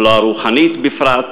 ולא הרוחנית בפרט,